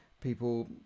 people